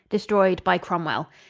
destroyed by cromwell.